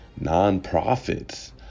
nonprofits